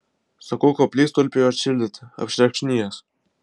sakau koplytstulpiui atšildyti apšerkšnijęs